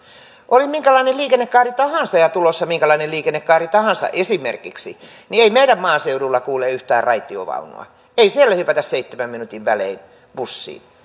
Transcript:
oli minkälainen liikennekaari tahansa ja tulossa minkälainen liikennekaari tahansa esimerkiksi niin ei meidän maaseudullamme kulje yhtään raitiovaunua ei siellä hypätä seitsemän minuutin välein bussiin